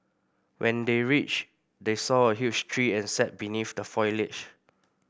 when they reached they saw a huge tree and sat beneath the foliage